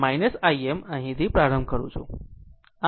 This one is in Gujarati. આ r Im અહીંથી પ્રારંભ કરું છું